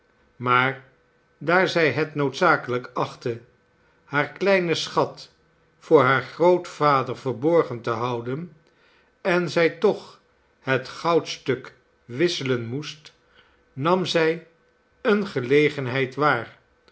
maar daar zij het noodzakelijk achtte haar ideinen schat voor haar grootvader verborgen te houden en zij toch het goudstuk wisselen moest nam zij eene gelegenheid waar